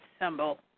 symbol